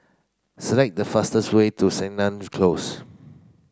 select the fastest way to Sennett Close